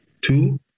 two